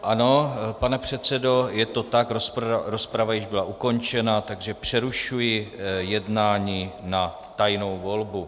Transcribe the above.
Ano, pane předsedo, je to tak, rozprava již byla ukončena, takže přerušuji jednání na tajnou volbu.